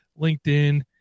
LinkedIn